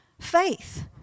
faith